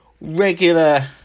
Regular